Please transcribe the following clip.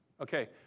okay